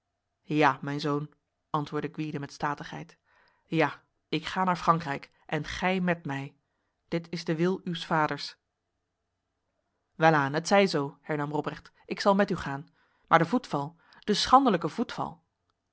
ja mijn zoon antwoordde gwyde met statigheid ja ik ga naar frankrijk en gij met mij dit is de wil uws vaders welaan het zij zo hernam robrecht ik zal met u gaan maar de voetval de schandelijke voetval